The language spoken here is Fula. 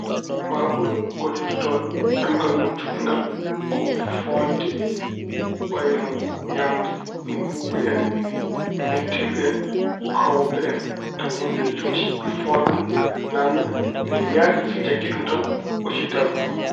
Faaɓuru gollirto ɗemngal mun juutɗngal ko fooɗde wayno mbuubu en, mettellu en, koowobbe en. Tawa huunde nde ina juuti fooɗa ɗum naatna. Ina ñaaɗi, so jakki ɗum tan, ɓoccitaako.